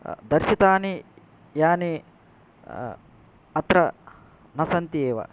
दर्शितानि यानि अत्र न सन्ति एव